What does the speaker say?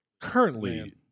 currently